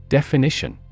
Definition